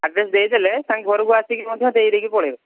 address ଦେଇଦେଲେ ତାଙ୍କ ଘରକୁ ଆସିକି ମଧ୍ୟ ଦେଇଦେଇକି ପଳାଇବେ